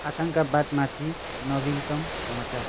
आतङ्कवादमाथि नवीनतम समाचार